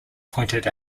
pointed